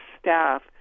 staff